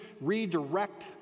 redirect